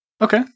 Okay